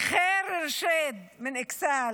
ח'יר ארשיד, מאכסאל,